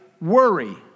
worry